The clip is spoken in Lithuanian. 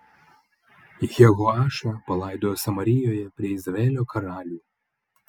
jehoašą palaidojo samarijoje prie izraelio karalių